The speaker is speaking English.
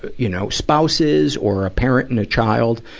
you know, spouses, or a parent and a child.